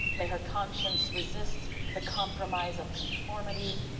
may her conscience resist the compromise of conformity,